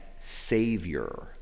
savior